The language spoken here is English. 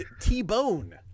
T-Bone